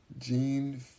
Gene